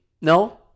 No